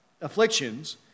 afflictions